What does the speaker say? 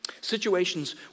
Situations